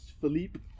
Philippe